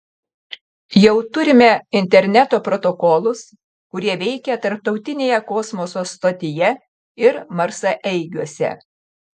jau turime interneto protokolus kurie veikia tarptautinėje kosmoso stotyje ir marsaeigiuose